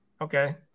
Okay